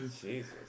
Jesus